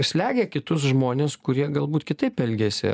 slegia kitus žmones kurie galbūt kitaip elgiasi